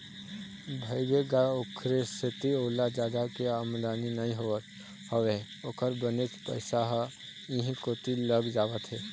भइगे गा ओखरे सेती ओला जादा के आमदानी नइ होवत हवय ओखर बनेच पइसा ह इहीं कोती लग जावत हे